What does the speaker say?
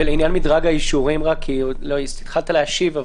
ולעניין מדרג האישורים, התחלת להשיב.